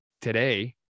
today